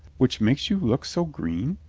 which makes you look so green?